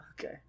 Okay